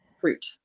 fruit